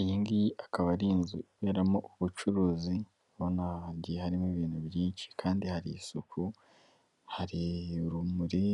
Iyi ngiyi akaba ari inzuberamo ubucuruzi urabona hangiye harimo ibintu byinshi kandi hari isuku, hari urumuri,